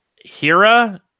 Hira